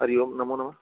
हरिः ओं नमो नमः